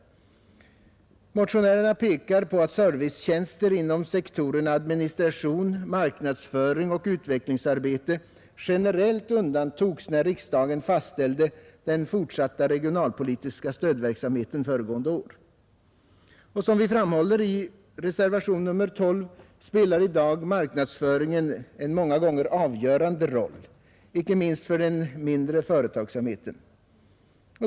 Motionärerna pekar på att servicetjänster inom sektorerna administration, marknadsföring och utvecklingsarbete generellt undantogs när riksdagen fastställde den fortsatta regionalpolitiska stödverksamheten föregående år. Som vi framhåller i reservation nr 12 spelar i dag marknadsföringen en många gånger avgörande roll, icke minst för den mindre företagsamheten.